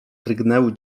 drgnęły